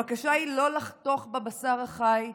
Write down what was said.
הבקשה היא לא לחתוך בבשר החי,